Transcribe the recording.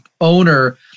owner